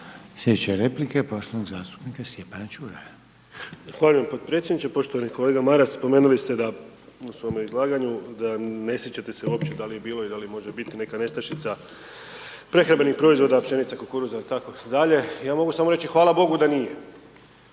Sljedeća replika je poštovanog zastupnika Stjepana Čuraja. **Čuraj, Stjepan (HNS)** Zahvaljujem potpredsjedniče. Poštovani kolega Maras, spomenuli ste u svome izlaganju, da ne sjećate se uopće da li je bilo ili da može biti neka nestašica prehrambenih proizvoda, pšenica, kukuruza itd. ja mogu samo reći hvala Bogu da nije.